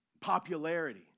popularity